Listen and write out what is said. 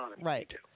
right